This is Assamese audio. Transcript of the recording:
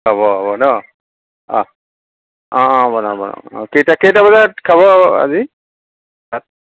হ'ব হ'ব ন অ' অ' অ' বনাম বনাম কেইটা কেইটা বজাত খাব আজি ভাত